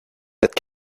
cette